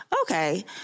Okay